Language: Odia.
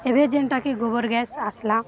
ଏବେ ଯେନ୍ଟାକି ଗୋବର ଗ୍ୟାସ୍ ଆସ୍ଲା